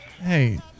hey